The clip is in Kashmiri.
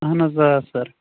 اہن حظ آ سَر